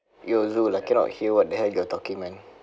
!yo! zul I cannot hear what the hell you're talking man